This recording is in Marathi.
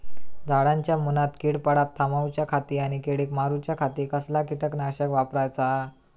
झाडांच्या मूनात कीड पडाप थामाउच्या खाती आणि किडीक मारूच्याखाती कसला किटकनाशक वापराचा?